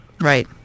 Right